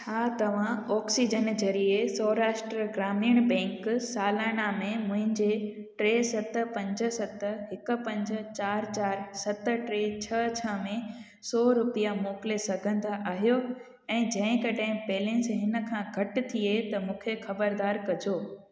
छा तव्हां ऑक्सीजन ज़रिए सौराष्ट्र ग्रामीण बैंक सालाना में मुंहिंजे टे सत पंज सत हिकु पंज चार चार सत टे छ्ह छ्ह में सौ रुपिया मोकिले सघंदा आहियो ऐं जेकॾहिं बैलेंस इन खां घटि थिए त मूंखे ख़बरदार कजो